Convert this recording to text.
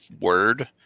word